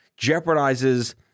jeopardizes